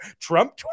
Trump